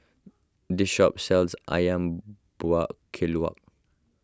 this shop sells Ayam Buah Keluak